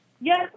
Yes